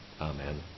Amen